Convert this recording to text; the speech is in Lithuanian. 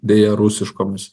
beje rusiškomis